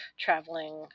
traveling